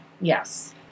Yes